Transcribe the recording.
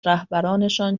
رهبرانشان